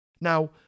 Now